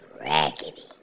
raggedy